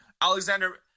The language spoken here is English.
Alexander